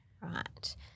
Right